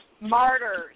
Martyrs